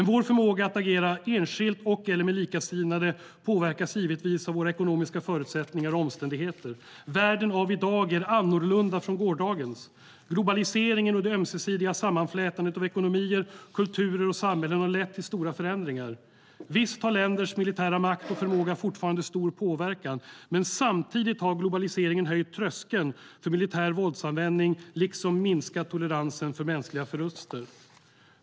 Vår förmåga att agera enskilt och/eller med likasinnade påverkas givetvis av våra ekonomiska förutsättningar och omständigheter. Världen av i dag är annorlunda jämfört med gårdagens. Globaliseringen och det ömsesidiga sammanflätandet av ekonomier, kulturer och samhällen har lett till stora förändringar. Visst har länders militära makt och förmåga fortfarande stor påverkan, men samtidigt har globaliseringen höjt tröskeln för militär våldsanvändning liksom minskat toleransen för mänskliga förluster.